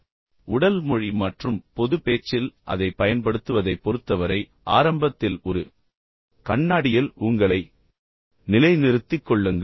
இப்போது உடல் மொழி மற்றும் பொதுப் பேச்சில் அதைப் பயன்படுத்துவதைப் பொறுத்தவரை ஆரம்பத்தில் ஒரு கண்ணாடியில் உங்களை நிலைநிறுத்திக் கொள்ளுங்கள்